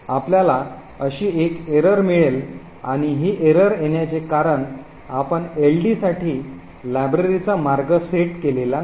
आपल्याला अशी एक एरर मिळेल आणि ही एरर येण्याचे कारण आपण LD साठी लायब्ररीचा मार्ग सेट केलेला नाही